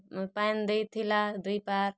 ପାଏଁନ୍ ଦେଇ ଥିଲା ଦୁଇପାର୍